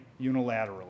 unilaterally